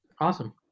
awesome